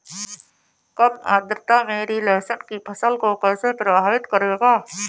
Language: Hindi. कम आर्द्रता मेरी लहसुन की फसल को कैसे प्रभावित करेगा?